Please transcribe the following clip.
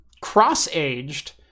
cross-aged